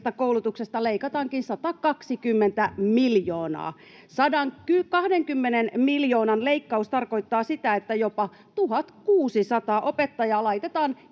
koulutuksesta leikataankin 120 miljoonaa. 120 miljoonan leikkaus tarkoittaa sitä, että jopa 1 600 opettajaa laitetaan